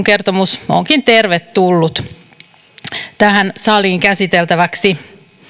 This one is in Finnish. kertomus onkin tervetullut tähän saliin käsiteltäväksi